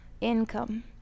income